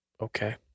okay